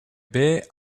bij